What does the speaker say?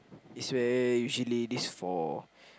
is where usually this for